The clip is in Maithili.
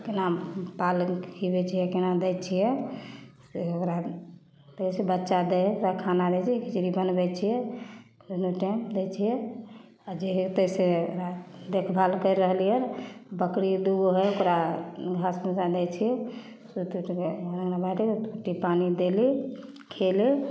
केना पाल खीअबै छियै केना दै छियै से ओकरा फेर से बच्चा दै है तऽ खाना दै छियै खिचड़ी बनबै छियै दुन्नू टाइम दै छियै आ जे होते से देखभाल कर रहल हियै बकरी दूगो है ओकरा घास भूसा दै छियै कुट्टी उट्टी ओकरा कुट्टी पानि देली खेली